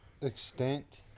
Extent